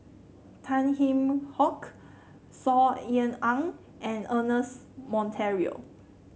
Tan Kheam Hock Saw Ean Ang and Ernest Monteiro